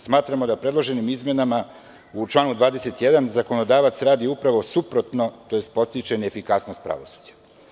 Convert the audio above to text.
Smatramo da predloženim izmenama u članu 21. zakonodavac radi upravo suprotno, tj. podstiče na efikasnost pravosuđa.